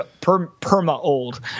perma-old